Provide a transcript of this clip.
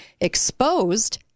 exposed